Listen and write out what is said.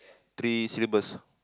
three syllables